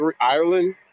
Ireland